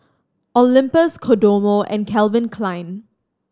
Olympus Kodomo and Calvin Klein